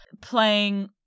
playing